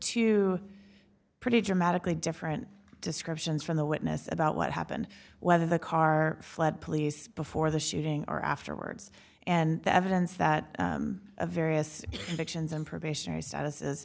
two pretty dramatically different descriptions from the witness about what happened whether the car fled police before the shooting or afterwards and the evidence that the various factions and probationary